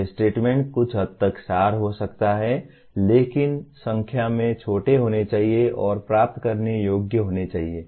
ये स्टेटमेंट कुछ हद तक सार हो सकते हैं लेकिन संख्या में छोटे होने चाहिए और प्राप्त करने योग्य होने चाहिए